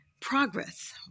progress